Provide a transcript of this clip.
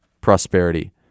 prosperity